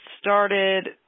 started –